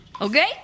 Okay